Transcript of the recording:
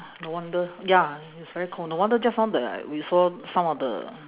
no wonder ya it's very cold no wonder just now the we saw some of the